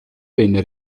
venne